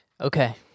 Okay